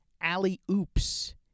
alley-oops